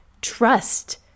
trust